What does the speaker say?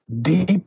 deep